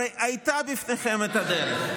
הרי הייתה לפניכם הדרך,